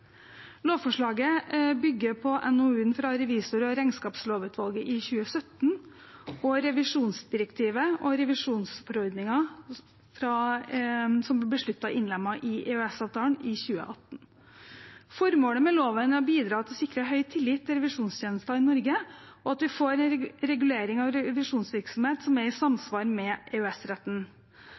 Lovforslaget bygger på NOU-en fra revisor- og regnskapsførerlovutvalget i 2017 og revisjonsdirektivet og revisjonsforordningen, som ble besluttet innlemmet i EØS-avtalen i 2018. Formålet med loven er å bidra til å sikre høy tillit til revisjonstjenester i Norge, og at vi får en regulering av revisjonsvirksomhet som er i samsvar med